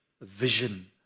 vision